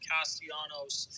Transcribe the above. Castellanos –